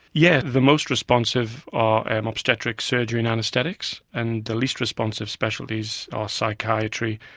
yes, the most responsive are and obstetrics, surgery and anaesthetics, and the list responsive specialties are psychiatry,